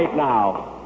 now.